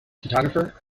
photographer